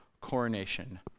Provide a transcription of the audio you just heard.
coronation